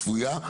הצפויה,